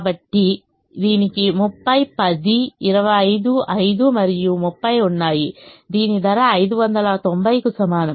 కాబట్టి దీనికి 30 10 25 5 మరియు 30 ఉన్నాయి దీని ధర 590 కు సమానం